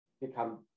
become